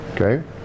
okay